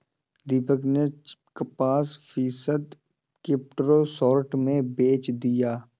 दीपक ने पचास फीसद क्रिप्टो शॉर्ट में बेच दिया